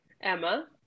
Emma